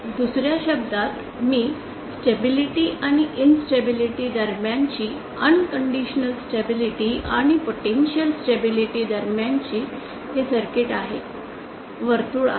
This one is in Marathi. दुसर्या शब्दात मी स्टेबिलिटी आणि इन्स्टेबिलिटी दरम्यानची अनकंडिशनल स्टेबिलिटी आणि पोटेंशिअल इन्स्टेबिलिटी दरम्यान हे सर्किट आहे वर्तुळ आहे